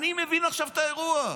אני מבין עכשיו את האירוע.